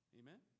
amen